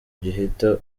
gihita